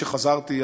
כשחזרתי,